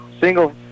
Single